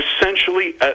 essentially